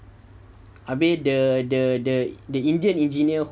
abeh the the the indian engineer